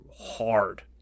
hard